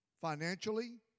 financially